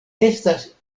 estas